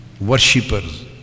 worshippers